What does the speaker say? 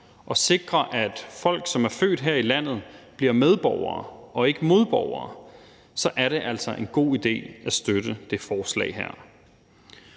og sikre, at folk, som er født her i landet, bliver medborgere og ikke modborgere, så er det altså en god idé at støtte det forslag her.